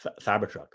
Cybertruck